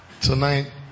tonight